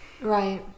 Right